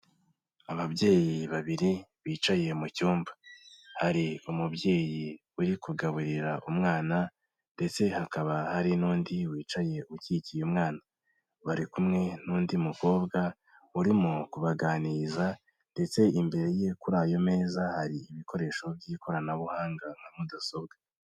Ababyeyi babiri bicaye mu cyumba, hari umubyeyi uri kugaburira umwana ndetse hakaba hari n'undi wicaye ukikiye umwana, bari kumwe n'undi mukobwa urimo kubaganiriza ndetse imbere ye kuri ayo meza hari ibikoresho by'ikoranabuhanga nka mudasobwa.